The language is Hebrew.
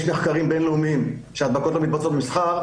יש מחקרים בין-לאומיים שההדבקות לא מתבצעות במסחר.